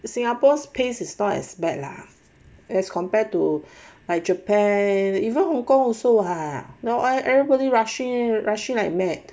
singapore's pace is not as bad lah as compared to like japan even hong kong also ah now everybody rushing rushing like mad